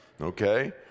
Okay